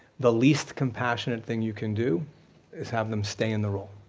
the least compassionate thing you can do is have them stay in the role.